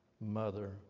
mother